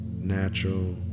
natural